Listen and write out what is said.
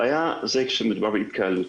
הבעיה זה שמדובר בהתקהלות,